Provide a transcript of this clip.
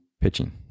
pitching